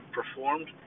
performed